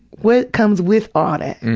what comes with all